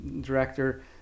director